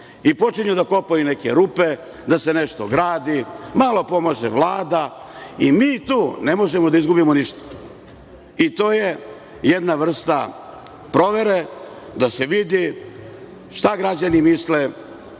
i počinju da kopaju neke rupe, da se nešto gradi, malo pomaže Vlada i mi tu ne možemo da izgubimo ništa. To je jedna vrsta provere da se vidi šta građani misle